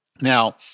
Now